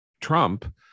Trump